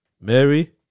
Mary